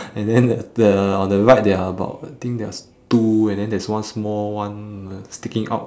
and then the the on the right there are about I think there is two and then there is one small one sticking out